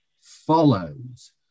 follows